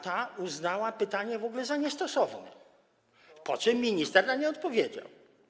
Ta uznała pytanie za niestosowne, po czym minister na nie odpowiedział.